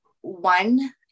one